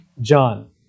John